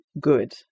good